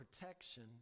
protection